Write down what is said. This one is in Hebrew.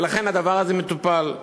ולכן הדבר הזה מטופל.